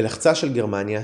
בלחצה של גרמניה,